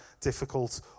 difficult